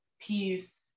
peace